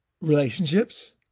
relationships